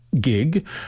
gig